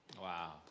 Wow